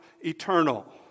eternal